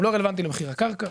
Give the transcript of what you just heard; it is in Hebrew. הוא לא רלוונטי למחיר הקרקע,